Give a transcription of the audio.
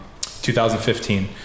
2015